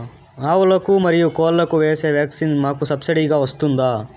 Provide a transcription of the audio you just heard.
ఆవులకు, మరియు కోళ్లకు వేసే వ్యాక్సిన్ మాకు సబ్సిడి గా వస్తుందా?